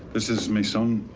this is me son,